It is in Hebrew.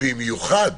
במיוחד